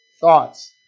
thoughts